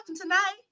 tonight